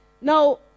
Now